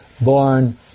born